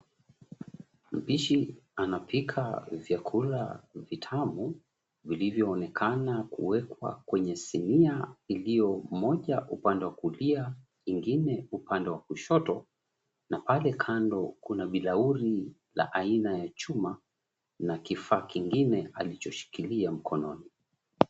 Mpishi anapika vyakula vitamu, vilivyoonekana kuwekwa kwenye sinia iliyo moja upande wa kulia, ingine upande wa kushoto na pale kando kuna bilauri la aina ya chuma na kifaa kingine alichoshikilia mkononi.